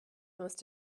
must